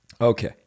Okay